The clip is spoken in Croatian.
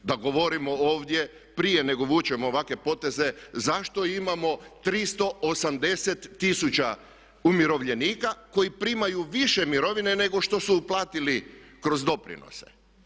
Da govorimo ovdje prije nego vučemo ovakve poteze zašto imamo 380 tisuća umirovljenika koji primaju više mirovine nego što su uplatili kroz doprinose.